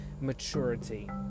maturity